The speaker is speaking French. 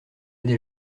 des